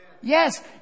Yes